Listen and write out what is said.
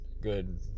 good